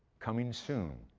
coming soon,